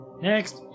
Next